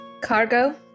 cargo